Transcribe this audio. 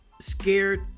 scared